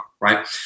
Right